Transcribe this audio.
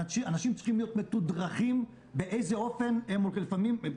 אנשים צריכים להיות מתודרכים באיזה אופן הם הולכים.